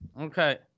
Okay